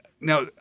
now